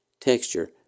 texture